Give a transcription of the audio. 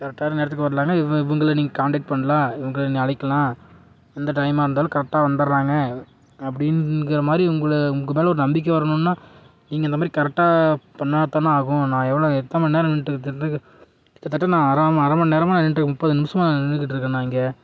கரெக்டான நேரத்துக்கு வர்றாங்க இவ இவங்களை நீங்கள் காண்டெக்ட் பண்ணலாம் இவங்களை நீங்கள் அழைக்கலாம் எந்த டைமாக இருந்தாலும் கரெக்டாக வந்தடுறாங்க அப்படிங்கிற மாதிரி இவங்களை உங்கள் மேலே ஒரு நம்பிக்கை வரணுன்னா நீங்கள் இந்த மாரி கரெக்டாக பண்ணால் தானே ஆகும் நான் எவ்வளோ எத்தனை மணி நேரம் நின்றுட்டு கிட்டத்தட்டே நான் அரை அரை மணி நேரமாக நான் நின்றுட்ருக்கேன் முப்பது நிமிஷமா நின்றுக்கிட்ருக்கண்ணா இங்கே